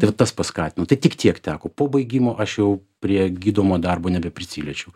ir tas paskatino tai tik tiek teko po baigimo aš jau prie gydomo darbo nebeprisiliečiau